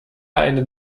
eine